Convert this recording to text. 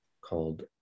called